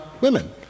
women